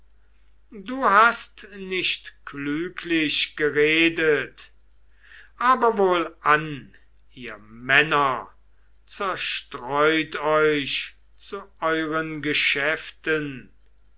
du hast nicht klüglich geredet aber wohlan ihr männer zerstreut euch zu euren geschäften